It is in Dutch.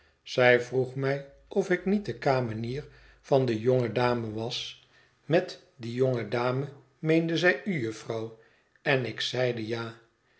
zij vroeg mij oï ik niet de kamenier van die jonge dame was met die jonge dame meende zij u jufvrouw en ik zeide ja